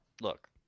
Look